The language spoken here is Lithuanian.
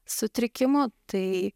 sutrikimų tai